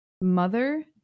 mother